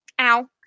Ow